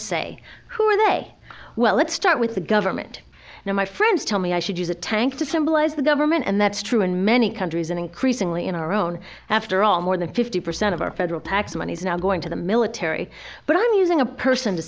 way well let's start with the government now my friends tell me i should use a tank to symbolize the government and that's true in many countries and increasingly in our own after all more than fifty percent of our federal tax money is now going to the military but i'm using a person to